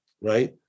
right